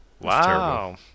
Wow